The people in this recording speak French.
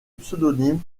pseudonyme